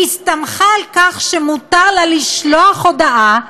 הסתמכה על כך שמותר לה לשלוח הודעה,